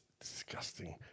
disgusting